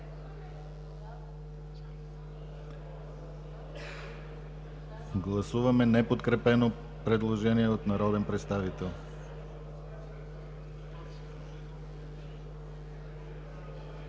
Гласуваме неподкрепено предложение на народните представители